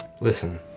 Listen